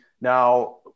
Now